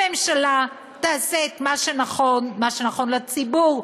הממשלה תעשה את מה שנכון, מה שנכון לציבור,